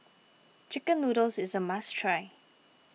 Chicken Noodles is a must try